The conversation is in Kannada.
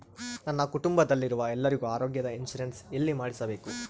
ನನ್ನ ಕುಟುಂಬದಲ್ಲಿರುವ ಎಲ್ಲರಿಗೂ ಆರೋಗ್ಯದ ಇನ್ಶೂರೆನ್ಸ್ ಎಲ್ಲಿ ಮಾಡಿಸಬೇಕು?